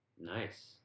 Nice